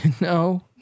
No